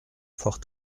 fort